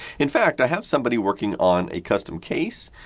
in fact, i have somebody working on a custom case,